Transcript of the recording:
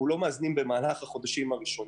איננו מאזנים במהלך החודשים הראשונים,